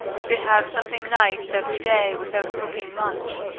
you can have something nice every day, without cooking much.